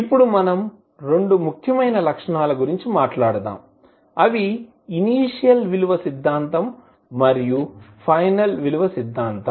ఇప్పుడు మనం రెండు ముఖ్యమైన లక్షణాల గురించి మాట్లాడుదాం అవి ఇనీషియల్ విలువ సిద్ధాంతం మరియు ఫైనల్ విలువ సిద్ధాంతం